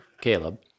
Caleb